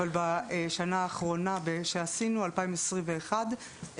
אבל בשנה האחרונה שעשינו 2021,